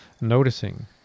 noticing